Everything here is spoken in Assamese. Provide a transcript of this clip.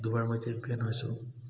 দুবাৰ মই চেম্পিয়ান হৈছোঁ